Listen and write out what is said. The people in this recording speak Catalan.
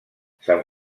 sant